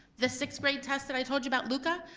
the sixth grade test that i told you about luca,